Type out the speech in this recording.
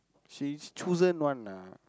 she she chosen one lah